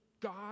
God